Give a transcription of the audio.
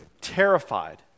terrified